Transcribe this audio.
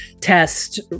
test